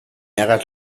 hagas